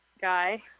guy